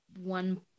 one